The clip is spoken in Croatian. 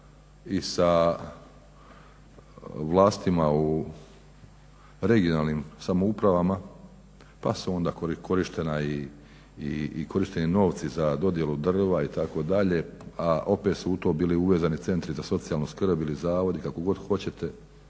i sa vlastima u regionalnim samoupravama, pa su onda korištena i, korišteni novci za dodjelu drva itd. a opet su u to bili upetljani centri za socijalnu skrb i zavodi kako god hoćete,